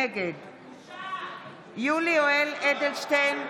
נגד יולי יואל אדלשטיין,